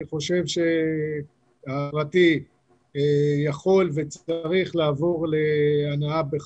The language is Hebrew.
אני חושב שהפרטי יכול וצריך לעבור להנעה בחשמל.